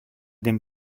dem